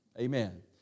Amen